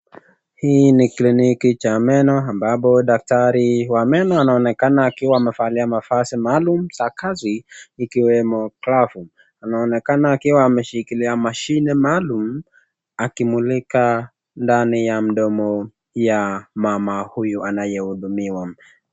Hii ni kilini ya meno ambapo daktari wa meno anaoneka akiwa amefalia mafasi maalum za kazi ikiwemo glavu, anaonekana akiwa ameshikilia mashini maalum akimulika ndani mdomo ya mama ye anaye anaudumia.